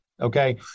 Okay